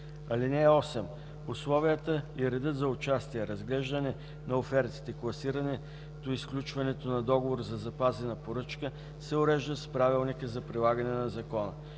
ал. 1. (8) Условията и редът за участие, разглеждане на офертите, класирането и сключването на договор за запазена поръчка се уреждат с Правилника за прилагане на Закона.